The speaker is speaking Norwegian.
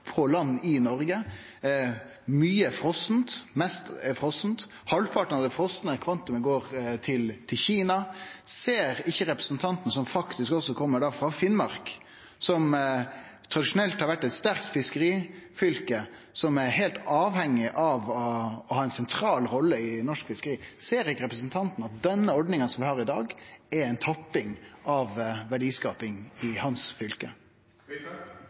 på land i Noreg? Det meste er frose, og halvparten av det frosne kvantumet går til Kina. Ser ikkje representanten, som faktisk også kjem frå Finnmark, som tradisjonelt har vore eit sterkt fiskerifylke, og som er heilt avhengig av å ha ei sentral rolle i norsk fiskeri, at den ordninga som vi har i dag, er ei tapping av verdiskaping i fylket hans?